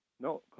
No